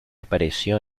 apareció